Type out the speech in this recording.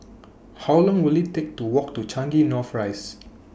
How Long Will IT Take to Walk to Changi North Rise